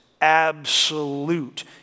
absolute